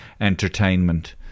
entertainment